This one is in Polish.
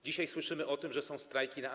Dzisiaj słyszymy o tym, że są strajki na A2.